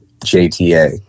JTA